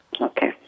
Okay